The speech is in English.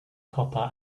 copper